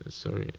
sorry.